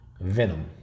Venom